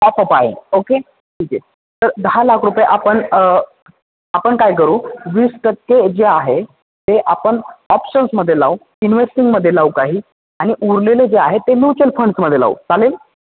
top up आहे okay ठीक आहे तर दहा लाख रुपये आपण आपण काय करू वीस टक्के जे आहे ते आपण ऑप्शन्समध्ये लावू इनवेस्टिंगमध्ये लावू काही आणि उरलेले जे आहे ते म्युच्युअल फंड्समध्ये लावू चालेल